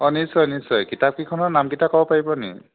অ' নিশ্চয় নিশ্চয় কিতাপকিখনৰ নামকিটা ক'ব পাৰিব নি